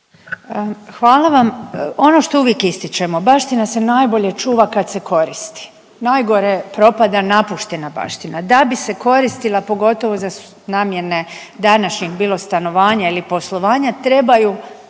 Hvala vam. Ono što uvijek ističemo, baština se najbolje čuva kad se koristi. Najgore propada napuštena baština. Da bi se koristila, pogotovo za namjene današnjih, bilo stanovanja ili poslovanja, trebaju